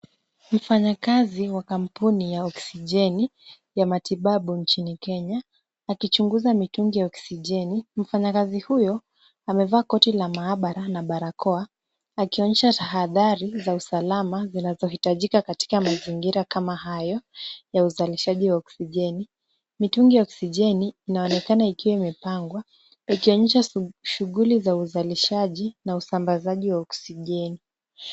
Mfanyakazi wa kampuni ya oksijeni ya matibabu nchini Kenya akichunguza mitungi ya oksijeni . Mfanyakazi huyo amevaa koti la maabara na barakoa akionyesha tahadhari za usalama zinazohitajika katika mazingira kama hayo ya uzalishaji wa oksijeni . Mitungi ya oksijeni inaonekana ikiwa imepangwa ikionyesha shughuli za uzalishaji na usambazaji wa oksijeni.